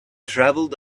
traveled